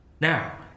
Now